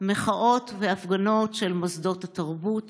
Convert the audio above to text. מחאות והפגנות של מוסדות התרבות